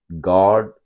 God